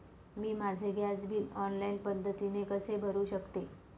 मी माझे gas bill online पद्धतीने कसे भरु शकते?